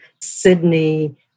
Sydney